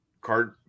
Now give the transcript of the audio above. card